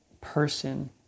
person